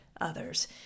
others